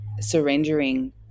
surrendering